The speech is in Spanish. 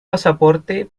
pasaporte